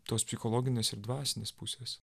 tos psichologinės ir dvasinės pusės